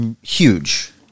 huge